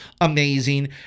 amazing